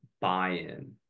buy-in